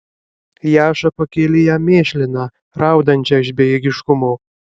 jaša pakėlė ją mėšliną raudančią iš bejėgiškumo